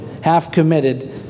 half-committed